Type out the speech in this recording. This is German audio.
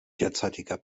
derzeitiger